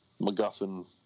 MacGuffin